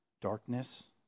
darkness